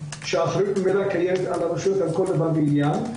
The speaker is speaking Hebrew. שהאחריות ממנה קיימת על הרשות על כל דבר ועניין,